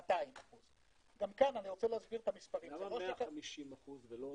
200%. למה 150%?